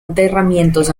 enterramientos